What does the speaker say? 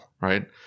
right